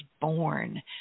born